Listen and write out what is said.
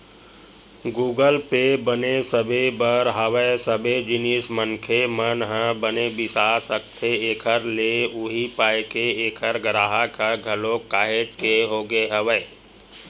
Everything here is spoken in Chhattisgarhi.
गुगप पे बने सबे बर हवय सबे जिनिस मनखे मन ह बने बिसा सकथे एखर ले उहीं पाय के ऐखर गराहक ह घलोक काहेच के होगे हवय